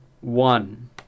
one